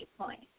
point